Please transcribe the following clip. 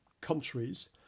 countries